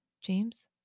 James